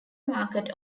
market